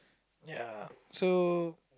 ya so